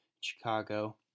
Chicago